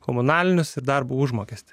komunalinius ir darbo užmokestį